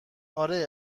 اره